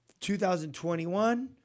2021